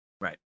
Right